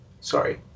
Sorry